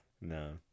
No